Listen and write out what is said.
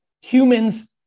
Humans